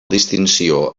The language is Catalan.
distinció